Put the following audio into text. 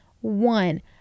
One